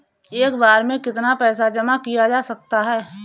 एक बार में कितना पैसा जमा किया जा सकता है?